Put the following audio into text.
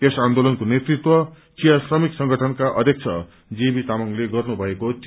यस आन्दोलनको नेतृत्व चिया श्रमिक संगठनका अध्यक्ष जे बी तामाङ्ले गर्नु भएको थियो